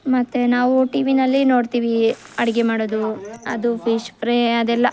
ಮತ್ತೆ ನಾವು ಟಿವಿಯಲ್ಲಿ ನೋಡ್ತೀವಿ ಅಡುಗೆ ಮಾಡೋದು ಅದು ಫಿಶ್ ಫ್ರೆ ಅದೆಲ್ಲ